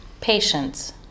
patience